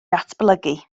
datblygu